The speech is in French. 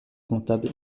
comptable